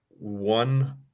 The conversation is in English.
one